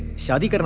shalaka!